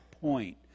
point